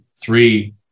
three